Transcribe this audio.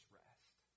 rest